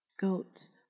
goats